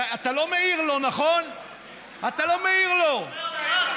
אתה לא מעיר לו, נכון?